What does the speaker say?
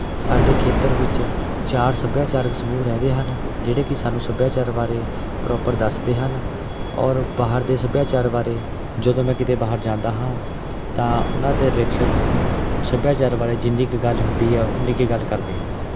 ਸਾਡੇ ਖੇਤਰ ਵਿੱਚ ਚਾਰ ਸੱਭਿਆਚਾਰਕ ਸਮੂਹ ਰਹਿੰਦੇ ਹਨ ਜਿਹੜੇ ਕਿ ਸਾਨੂੰ ਸੱਭਿਆਚਾਰ ਬਾਰੇ ਪ੍ਰੋਪਰ ਦੱਸਦੇ ਹਨ ਔਰ ਬਾਹਰ ਦੇ ਸੱਭਿਆਚਾਰ ਬਾਰੇ ਜਦੋਂ ਮੈਂ ਕਿਤੇ ਬਾਹਰ ਜਾਂਦਾ ਹਾਂ ਤਾਂ ਉਹਨਾਂ ਦੇ ਰਿਲੇਟਿਡ ਸੱਭਿਆਚਾਰ ਬਾਰੇ ਜਿੰਨੀ ਕੁ ਗੱਲ ਹੁੰਦੀ ਆ ਉਨੀ ਕੁ ਗੱਲ ਕਰਦੇ ਹਾਂ ਜੀ